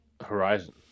Horizon